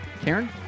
karen